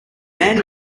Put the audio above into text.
man